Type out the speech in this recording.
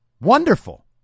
Wonderful